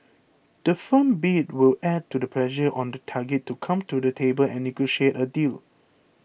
the firm bid will add to the pressure on the target to come to the table and negotiate a deal